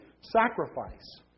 sacrifice